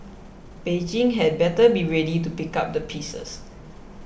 Beijing had better be ready to pick up the pieces